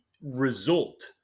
result